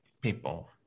people